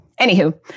Anywho